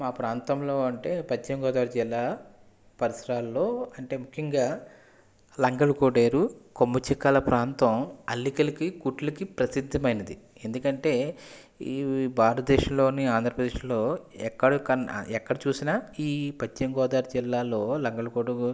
మా ప్రాంతంలో అంటే పశ్చిమ గోదావరి జిల్లా పరిసరాల్లో అంటే ముఖ్యంగా లంకల కోడేరు కొమ్ముచిక్కాల ప్రాంతం అల్లికలకి కుట్లకి ప్రసిద్ధమైనది ఎందుకంటే ఈ భారతదేశంలోని ఆంధ్రప్రదేశ్లో ఎక్కడ కన్నా ఎక్కడ చూసినా ఈ పశ్చిమ గోదావరి జిల్లాలో లంగల కోట